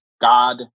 God